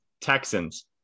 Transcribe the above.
Texans